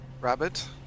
rabbit